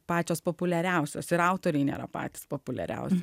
pačios populiariausios ir autoriai nėra patys populiariausi